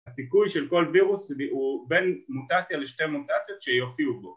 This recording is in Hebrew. הסיכוי של כל וירוס הוא בין מוטציה לשתי מוטציות שיופיעו בו